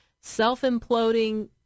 self-imploding